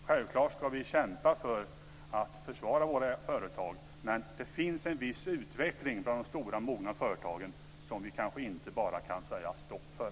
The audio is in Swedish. Självklart ska vi kämpa för att försvara våra företag, men det finns en viss utveckling bland de stora och mogna företagen som vi kanske inte bara kan säga stopp för.